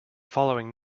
following